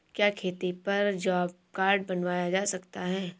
क्या खेती पर जॉब कार्ड बनवाया जा सकता है?